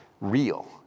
real